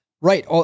Right